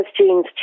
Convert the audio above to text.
genes